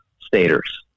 staters